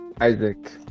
Isaac